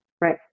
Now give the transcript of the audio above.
Right